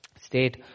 state